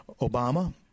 Obama